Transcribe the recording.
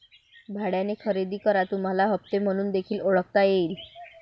भाड्याने खरेदी करा तुम्हाला हप्ते म्हणून देखील ओळखता येईल